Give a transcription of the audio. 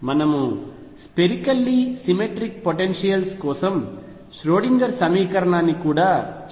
మనము spherically symmetric potential కోసం Schrodinger సమీకరణాన్ని కూడా చర్చించాము